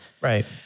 Right